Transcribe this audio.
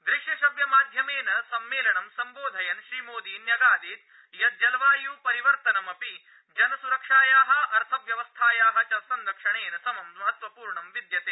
दृश्यश्रव्यमाध्यमेन सम्मेलनं सम्बोधयन् श्रीमोदी न्यगादीत् यत् जलवायुपरिवर्तनमपि जनस्रक्षायाः अर्थव्यवस्थायाः च संरक्षणेन समं महत्वपूर्ण विद्यते